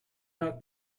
not